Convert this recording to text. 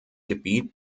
gebiet